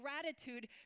gratitude